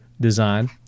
design